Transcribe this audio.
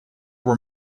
were